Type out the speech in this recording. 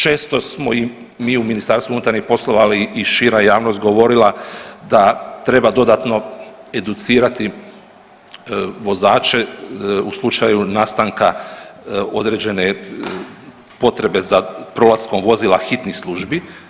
Često smo i mi u MUP-u, ali i šira javnost govorila da treba dodatno educirati vozače u slučaju nastanka određene potrebe za prolaskom vozila hitnih službi.